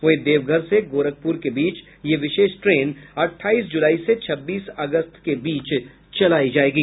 वहीं देवघर से गोरखपुर के बीच ये विशेष ट्रेन अठाईस जुलाई से छब्बीस अगस्त के बीच चलाई जाएगी